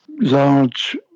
large